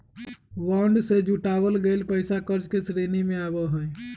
bond से जुटावल गइल पैसा कर्ज के श्रेणी में आवा हई